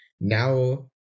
Now